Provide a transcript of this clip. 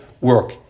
work